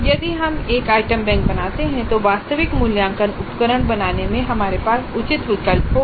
यदि हम एक आइटम बैंक बनाते हैं तो वास्तविक मूल्यांकन उपकरण बनाने में हमारे पास उचित विकल्प होगा